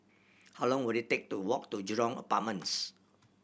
how long will it take to walk to Jurong Apartments